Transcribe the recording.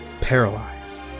paralyzed